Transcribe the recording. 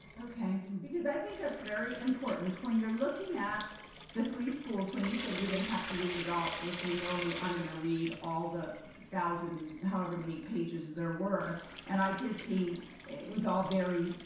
okay because i think that's very important. when you're looking at the three schools, when you said we didn't have to read it all, if you know me i'm gonna read all the thousands, however many pages there were and i did see it was all very,